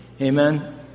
Amen